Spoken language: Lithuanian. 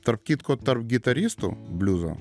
tarp kitko tarp gitaristų bliuzo